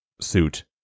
suit